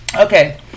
Okay